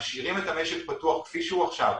משאירים את המשק פתוח כפי הוא עכשיו,